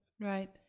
Right